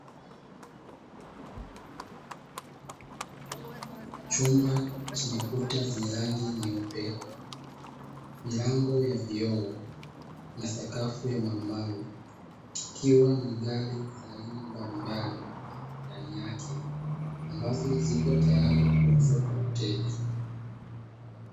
Chumba chenye kuta zenye rangi nyeupe, milango ya vioo, na sakafu ya marumaru, ikiwa na gari za aina mbalimbali ndani yake ambazo zipo tayari kuuzwa kwa wateja.